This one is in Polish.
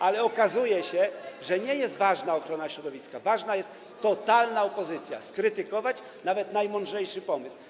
Ale okazuje się, że nie jest ważna ochrona środowiska - ważna jest totalna opozycja, to, by skrytykować nawet najmądrzejszy pomysł.